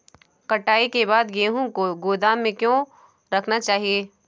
कटाई के बाद गेहूँ को गोदाम में क्यो रखना चाहिए?